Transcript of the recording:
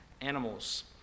animals